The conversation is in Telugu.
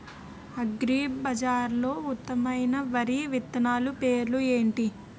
అగ్రిబజార్లో ఉత్తమమైన వరి విత్తనాలు పేర్లు ఏంటి?